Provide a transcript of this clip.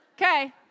Okay